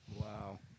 Wow